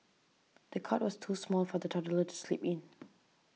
the cot was too small for the toddler to sleep in